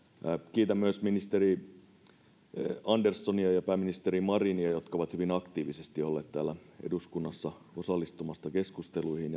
kiitän myös ministeri anderssonia ja pääministeri marinia jotka ovat hyvin aktiivisesti olleet täällä eduskunnassa osallistumassa keskusteluihin